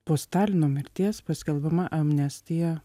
po stalino mirties paskelbiama amnestija